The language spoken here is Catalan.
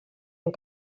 amb